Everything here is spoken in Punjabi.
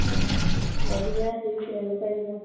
ਓਕ ਵਧੀਆ ਠੀਕ ਰਹਿਣਾ ਚਾਹੀਦਾ